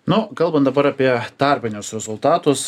nu kalbant dabar apie tarpinius rezultatus